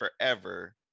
forever